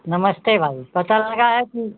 नमस्ते भाई पता लगा है कि